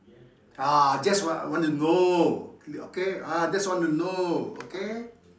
ah just I wanna know okay ah just wanna know okay